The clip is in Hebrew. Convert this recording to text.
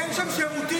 אין שם שירותים,